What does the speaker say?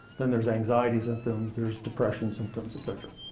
then, there's anxiety symptoms, there's depression symptoms, etcetera.